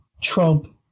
Trump